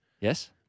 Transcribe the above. Yes